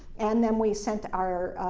and then we sent our